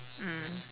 mm